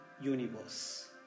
universe